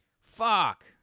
Fuck